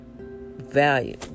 value